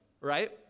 right